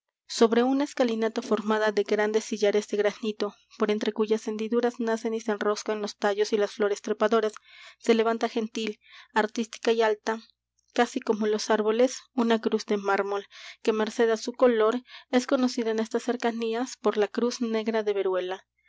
sobre una escalinata formada de grandes sillares de granito por entre cuyas hendiduras nacen y se enroscan los tallos y las flores trepadoras se levanta gentil artística y alta casi como los árboles una cruz de mármol que merced á su color es conocida en estas cercanías por la cruz negra de veruela